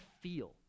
feel